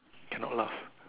cannot laugh